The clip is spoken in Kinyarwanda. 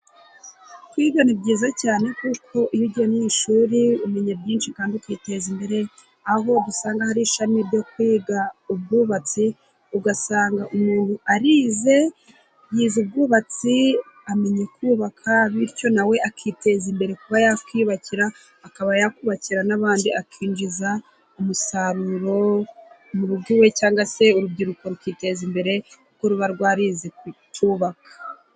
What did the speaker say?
Kwiga ni byiza cyane kuko iyo ugiye mu ishuri umenya byinshi kandi ukiteza imbere, aho usanga hari ishami ryo kwiga ubwubatsi, ugasanga umuntu arize yize ubwubatsi amenya kubaka bityo nawe akiteza imbere, kuba yakwiyubakira akaba yakubakira n'abandi, akinjiza umusaruro mu rugo iwe cyangwa se urubyiruko rukiteza imbere kuko ruba rwarize kubaka.